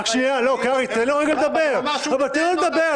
צריך בכל מקרה התייעצות.